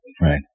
Right